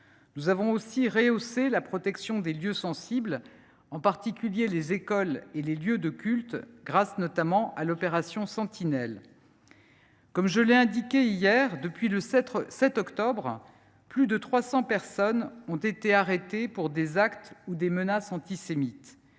Nous avons aussi rehaussé la protection des lieux sensibles, en particulier des écoles et des lieux de culte, grâce, notamment, à l’opération Sentinelle. Comme je l’ai indiqué hier, depuis le 7 octobre, plus de 300 personnes ont été arrêtées pour des actes ou des menaces antisémites